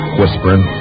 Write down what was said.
whispering